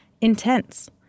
intense